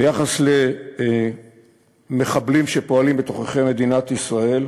ביחס למחבלים שפועלים בתוככי מדינת ישראל,